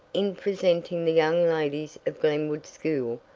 in presenting the young ladies of glenwood school,